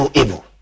evil